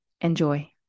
Enjoy